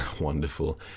wonderful